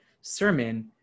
sermon